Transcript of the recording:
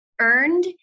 earned